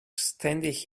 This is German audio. ständig